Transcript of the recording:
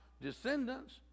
descendants